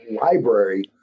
Library